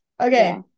Okay